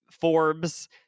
Forbes